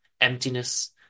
emptiness